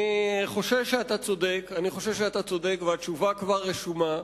אני חושש שאתה צודק, והתשובה כבר רשומה,